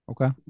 Okay